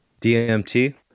DMT